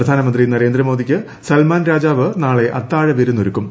പ്രധാനമന്ത്രി നരേന്ദ്രമോദിക്ക് സൽമാൻ രാജാവ് നാളെ അത്താഴ വിരുന്നൊരുക്കും